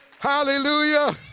Hallelujah